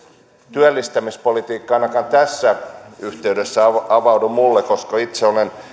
työllistämispolitiikka ainakaan tässä yhteydessä avaudu minulle koska itse olen